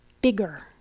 bigger